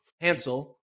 Hansel